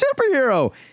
superhero